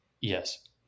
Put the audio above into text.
Yes